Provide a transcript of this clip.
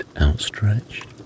outstretched